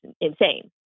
insane